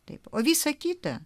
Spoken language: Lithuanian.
taip o visa kita